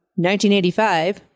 1985